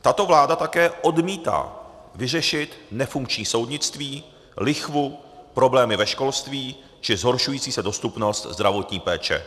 Tato vláda také odmítá vyřešit nefunkční soudnictví, lichvu, problémy ve školství či zhoršující se dostupnost zdravotní péče.